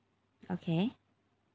okay